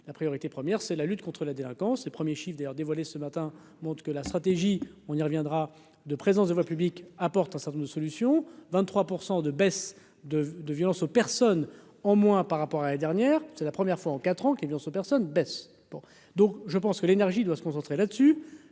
la priorité première c'est la lutte contre la délinquance, les premiers chiffre d'ailleurs dévoilé ce matin montre que la stratégie, on y reviendra de présence de voie publique apporte certain solutions 23 % de baisse de de violences aux personnes en moins par rapport à l'année dernière, c'est la première fois en 4 ans, qui ne se personne baisse bon, donc je pense que l'énergie doit se concentrer là-dessus